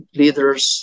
leaders